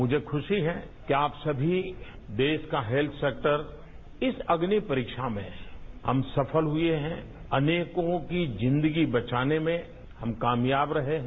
मुझे खूशी है कि आप सभी देश का हेल्थ सेक्टर इस अग्नि परीक्षा में हम सफल हुए हैं अनेकों की जिंदगी बचाने में हम कामयाब रहे हैं